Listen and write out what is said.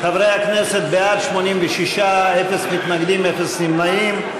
חברי הכנסת, בעד, 86, אפס מתנגדים, אפס נמנעים.